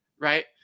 Right